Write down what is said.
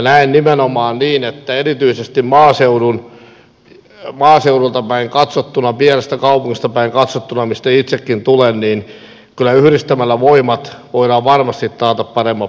näen nimenomaan niin että erityisesti maaseudulta päin katsottuna pienestä kaupungista päin katsottuna mistä itsekin tulen kyllä yhdistämällä voimat voidaan varmasti taata paremmat palvelut